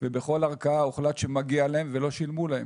ובכל ערכאה הוחלט שמגיע להם ולא שילמו להם.